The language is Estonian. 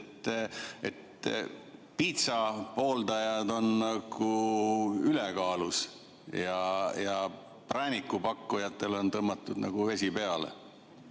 et piitsa pooldajad on ülekaalus ja prääniku pakkujatele on tõmmatud nagu vesi peale.